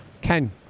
Ken